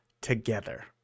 together